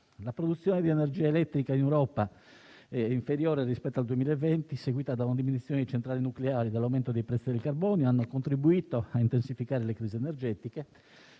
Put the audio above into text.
La produzione di energia elettrica in Europa inferiore rispetto al 2020, seguita da una diminuzione di centrali nucleari e dall'aumento dei prezzi del carbone, ha contribuito a intensificare le crisi energetiche;